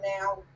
now